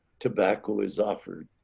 tobacco is offered.